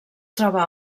troba